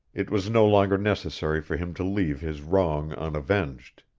it was no longer necessary for him to leave his wrong unavenged.